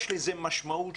יש לזה משמעות,